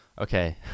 okay